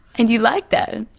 and you like that?